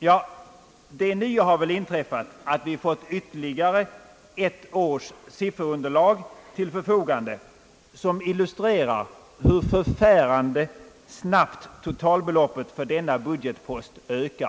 Ja, det nya har väl inträffat att vi fått ytterligare ett års sifferunderlag till förfogande, som illustrerar hur förfärande snabbt totalbeloppet för denna budgepost ökar.